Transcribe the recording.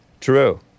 true